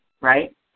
right